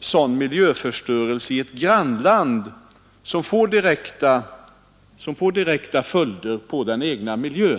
sådan miljöförstörelse i ett grannland som får direkta följder på det första landets miljö.